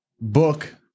book